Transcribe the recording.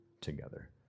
together